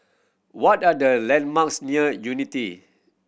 what are the landmarks near Unity